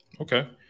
Okay